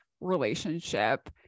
relationship